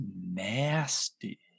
nasty